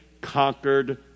conquered